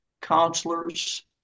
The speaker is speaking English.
counselors